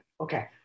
Okay